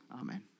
Amen